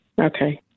Okay